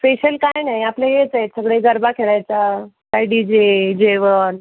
special काय नाही आपलं हेचय सगळे गरबा खेळायचा काही डीजे जेवण